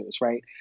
Right